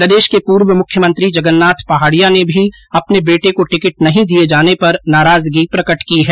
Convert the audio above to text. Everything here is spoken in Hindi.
प्रदेश के पूर्व मुख्यमंत्री जगन्नाथ पहाडिया ने भी अपने बेटे को टिकट नहीं दिए जाने पर नाराजगी प्रकट की है